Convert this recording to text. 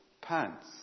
pants